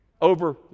Over